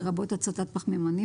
לרבות הצתת פחמימנים,